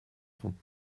trente